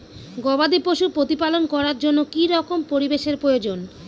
গবাদী পশু প্রতিপালন করার জন্য কি রকম পরিবেশের প্রয়োজন?